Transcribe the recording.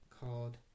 called